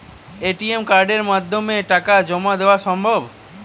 ATM কার্ডের মাধ্যমে টাকা জমা দেওয়া সম্ভব?